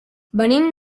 venim